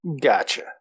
Gotcha